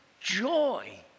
joy